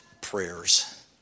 prayers